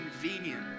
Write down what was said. convenient